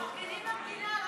מפרגנים למדינה,